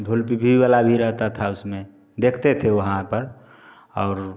ढोल पिपही वाला भी रहता था उसमें देखते थे वहाँ पर और